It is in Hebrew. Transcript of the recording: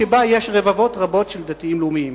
שבה יש רבבות רבות של דתיים-לאומיים.